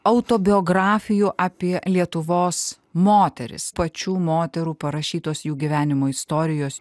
autobiografijų apie lietuvos moteris pačių moterų parašytos jų gyvenimo istorijos